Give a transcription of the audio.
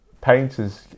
Painters